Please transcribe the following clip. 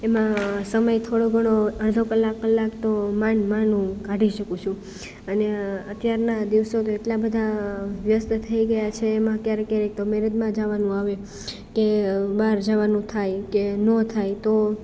એમાં સમય થોડો ઘણો અળધો કલાક કલાક તો માંડ માંડ કાઢી શકું છું અને અત્યારના દિવસો તો એટલા બધા વ્યસ્ત થઈ ગયા છે એમાં ક્યારેક ક્યારેક તો મેરેજમાં જાવાનું આવે કે બહાર જવાનું થાય કે ના થાય તો